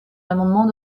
l’amendement